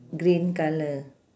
green colour